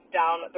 down